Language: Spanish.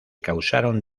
causaron